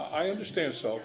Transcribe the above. i understand s